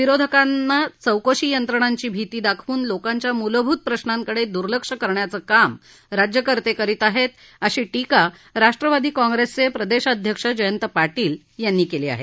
विरोधकांना चौकशी यंत्रणांची भीती दाखवून लोकांच्या मूलभूत प्रशाकडे दुर्लक्ष करण्याचे काम राज्यकर्ते करीत आहेत अशी टीका राष्ट्रवादी काँप्रेसचे प्रदेशाध्यक्ष जयंत पाटील यांनी केली आहे